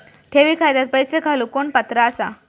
ठेवी खात्यात पैसे घालूक कोण पात्र आसा?